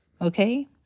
Okay